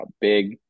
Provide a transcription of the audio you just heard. Big